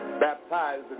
baptized